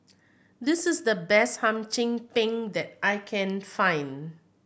this is the best Hum Chim Peng that I can find